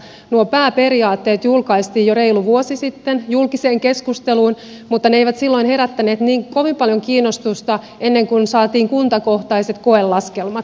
nuo pääperiaatteet julkaistiin jo reilu vuosi sitten julkiseen keskusteluun mutta ne eivät silloin herättäneet niin kovin paljon kiinnostusta ennen kuin saatiin kuntakohtaiset koelaskelmat